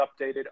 updated